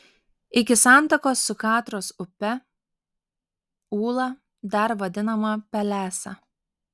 iki santakos su katros upe ūla dar vadinama pelesa